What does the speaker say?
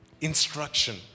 instruction